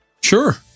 sure